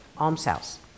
almshouse